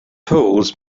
poles